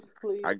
please